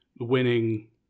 winning